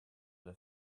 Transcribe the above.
the